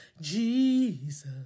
Jesus